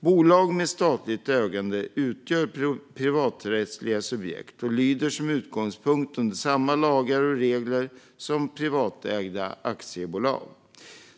Bolag med statligt ägande utgör privaträttsliga subjekt och lyder som utgångspunkt under samma lagar och regler som privatägda aktiebolag.